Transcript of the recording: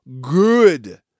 good